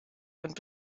und